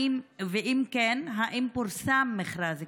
2. אם כן, האם כבר פורסם מכרז?